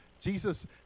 Jesus